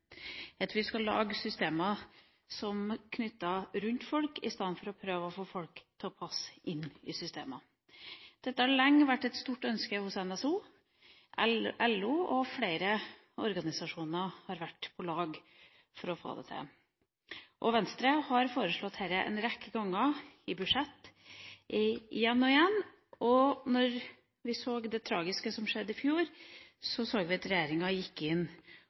at vi skal lage systemer rundt folk istedenfor å prøve å få folk til å passe inn i systemene. Dette har lenge vært et stort ønske hos NSO og LO, og flere organisasjoner har vært på lag for å få det til. Venstre har foreslått dette en rekke ganger i forbindelse med budsjetter, igjen og igjen. Etter det tragiske som skjedde i fjor, gikk regjeringa inn og gjorde dette til en midlertidig ordning. Da tenkte vi at